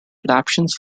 adaptations